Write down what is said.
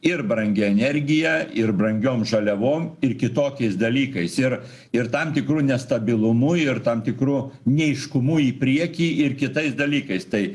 ir brangia energija ir brangiom žaliavom ir kitokiais dalykais ir ir tam tikru nestabilumu ir tam tikru neaiškumu į priekį ir kitais dalykais tai